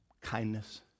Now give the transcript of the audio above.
Kindness